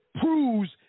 proves